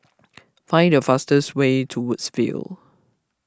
find the fastest way to Woodsville